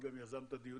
הוא גם יזם את הדיונים,